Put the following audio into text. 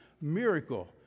miracle